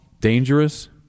dangerous